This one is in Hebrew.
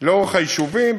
לאורך היישובים.